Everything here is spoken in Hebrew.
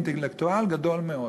אינטלקטואל גדול מאוד.